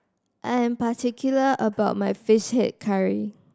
I am particular about my Fish Head Curry